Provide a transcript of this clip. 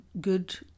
good